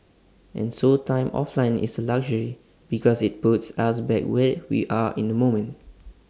and so time offline is A luxury because IT puts us back where we are in the moment